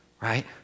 right